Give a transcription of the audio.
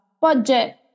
budget